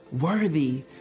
worthy